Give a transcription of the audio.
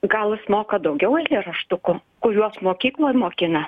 gal jis moka daugiau eilėraštukų kuriuos mokykloj mokina